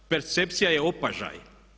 Percepcija je opažaj.